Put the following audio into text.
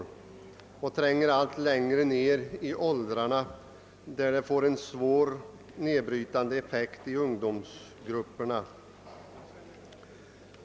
Missbruket tränger också allt längre ned i åldrarna och får en svårt nedbrytande effekt i ungdomsgrupperna.